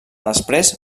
després